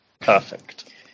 Perfect